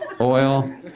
Oil